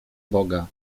boga